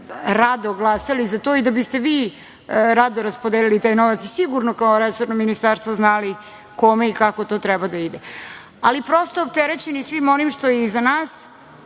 rado glasali za to i da biste vi rado raspodelili taj novac, i sigurno kao resorno ministarstvo znali kome i kao to treba da ide. Prosto, opterećeni svim onim što je iza nas,